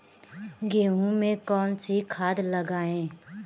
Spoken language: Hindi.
गेहूँ में कौनसी खाद लगाएँ?